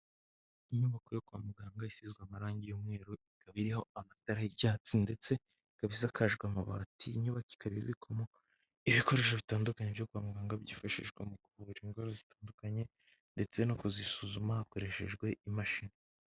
Inyubako yo kwa muganga isizwe amarangi y'umweru, ikaba iriho amatara y'icyatsi ndetse ikaba isakajwe amabati, iyi nyubako ikaba ibikwamo ibikoresho bitandukanye byo kwa muganga byifashishwa mu kuvura indwara zitandukanye ndetse no kuzisuzuma hakoreshejwe imashini.